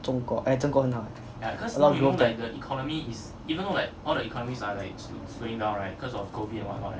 中国哎中国很好 a lot people move there